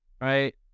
right